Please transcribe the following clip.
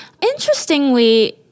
Interestingly